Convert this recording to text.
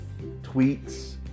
tweets